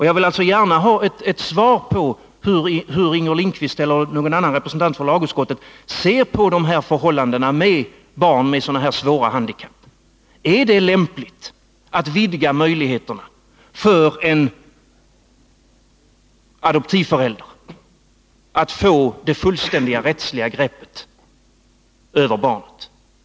Jag vill alltså gärna ha ett svar på hur Inger Lindquist eller någon annan representant för lagutskottet ser på förhållandena när det gäller barn med psykiska handikapp. Är det lämpligt att vidga möjligheterna för en adoptivförälder att få det fullständiga rättsliga greppet över barnet?